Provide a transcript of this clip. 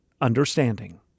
Understanding